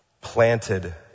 planted